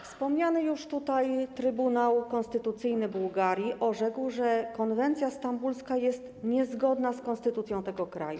Wspomniany już tutaj Trybunał Konstytucyjny Bułgarii orzekł, że konwencja stambulska jest niezgodna z konstytucją tego kraju.